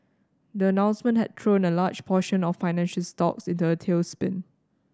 the announcement had thrown a large portion of financial stocks into a tailspin